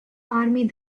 army